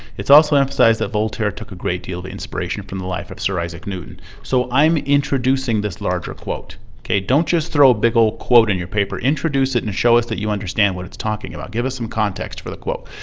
it's also emphasized that voltaire took a great deal of inspiration from the life of sir isaac newton. so i'm introducing this larger quote. o k. don't just throw a big old quote in your paper, introduce it and show us that you understand what it's talking about. give us some context for the quote.